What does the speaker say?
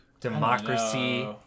Democracy